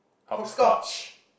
hop scotch